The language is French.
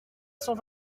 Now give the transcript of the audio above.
cent